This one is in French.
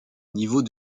niveau